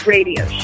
Radio